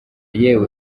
yewe